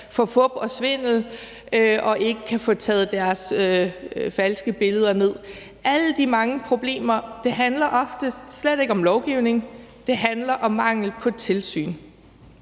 for fup og svindel og ikke kan få taget deres falske billeder ned – handler oftest slet ikke om lovgivning. Det handler om mangel på tilsyn.